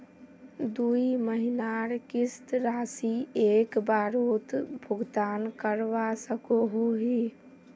दुई महीनार किस्त राशि एक बारोत भुगतान करवा सकोहो ही?